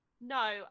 no